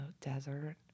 desert